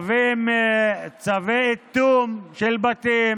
וצווי איטום של בתים.